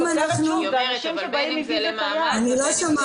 היא אומרת, בין אם זה למעמד ובין אם זה לא.